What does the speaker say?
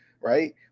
right